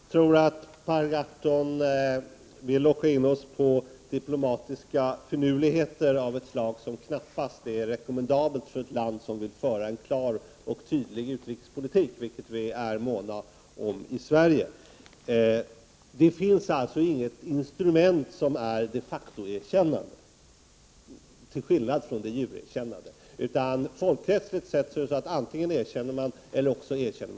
Herr talman! Jag tror att Per Gahrton vill locka in oss på diplomatiska finurligheter av ett slag som knappast är rekommendabelt för ett land som vill föra en klar och tydlig utrikespolitik, vilket vi är måna om i Sverige. Det finns således inget instrument som kan kallas de facto-erkännande; detta till skillnad från de jure-erkännande. Folkrättsligt sett är det så att man antingen erkänner eller inte.